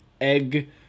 egg